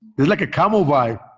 like a camo vine.